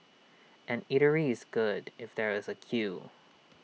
an eatery is good if there is A queue